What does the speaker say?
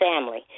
family